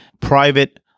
private